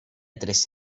tres